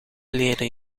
leren